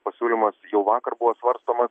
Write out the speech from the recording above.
pasiūlymas jau vakar buvo svarstomas